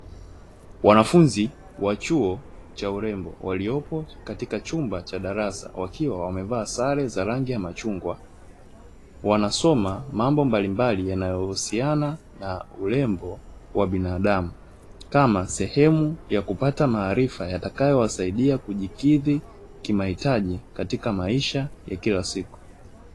Wanafunzi wa chuo cha urembo waliopo katika chumba cha darasa wakiwa wamevaa sare za rangi ya machungwa wanasoma mambo mbalimbali yanayohusiana na urembo wa binadamu kama sehemu ya kupata maarifa yatakayowasaidia kujikidhi kimahitaji katika maisha ya kila siku.